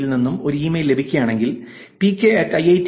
com നിന്നും ഒരു email ലഭിക്കുകയാണെങ്കിൽ പികെ ഐ ഐ ടി